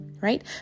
right